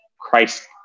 Christ